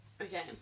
Okay